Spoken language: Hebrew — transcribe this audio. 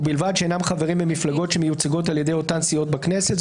ובלבד שאינם חברים במפלגות שמיוצגות על ידי אותן סיעות בכנסת,